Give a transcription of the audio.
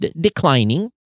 declining